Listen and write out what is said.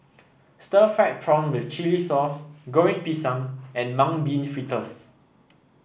Stir Fried Prawn with Chili Sauce Goreng Pisang and Mung Bean Fritters